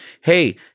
hey